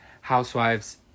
Housewives